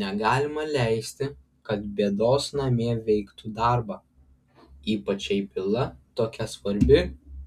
negalima leisti kad bėdos namie veiktų darbą ypač jei byla tokia svarbi